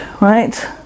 right